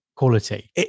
quality